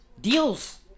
Deals